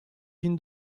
bin